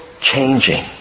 changing